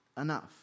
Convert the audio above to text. enough